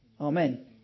Amen